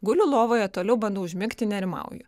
guliu lovoje toliau bandau užmigti nerimauju